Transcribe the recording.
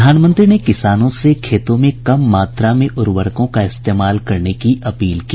प्रधानमंत्री ने किसानों से खेतों में कम मात्रा में उर्वरकों का इस्तेमाल करने की अपील की